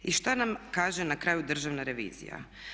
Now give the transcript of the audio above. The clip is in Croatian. I što nam kaže na kraju državna revizija?